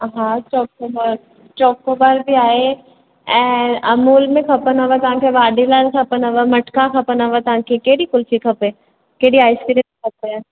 हा Chocobar Chocobar बि आहे ऐं अमूल में खपनिव तव्हांखे वाडीलाल खपनिव मटका खपनिव तव्हांखे कहिड़ी कुल्फी खपे कहिड़ी आइसक्रीम खपे